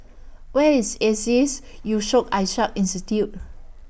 Where IS ISEAS Yusof Ishak Institute